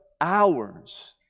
hours